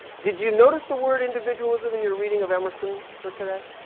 did you notice the word individualism in your reading of emerson for today?